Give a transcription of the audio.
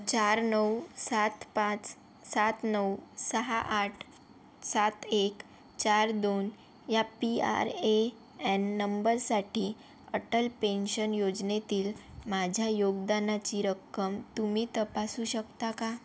चार नऊ सात पाच सात नऊ सहा आठ सात एक चार दोन या पी आर ए एन नंबरसाठी अटल पेन्शन योजनेतील माझ्या योगदानाची रक्कम तुम्ही तपासू शकता का